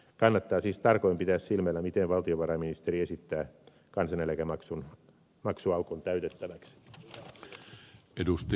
kannattaa siis tarkoin pitää silmällä miten valtiovarainministeri esittää kansaneläkemaksuaukon täytettäväksi